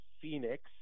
Phoenix